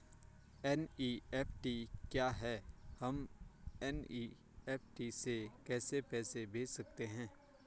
NEFT क्या है हम एन.ई.एफ.टी से कैसे पैसे भेज सकते हैं?